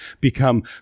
become